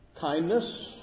kindness